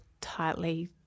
tightly